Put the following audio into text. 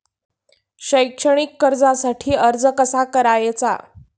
शैक्षणिक कर्जासाठी अर्ज कसा करायचा?